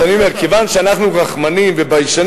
אז אני אומר: כיוון שאנחנו רחמנים וביישנים,